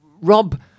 Rob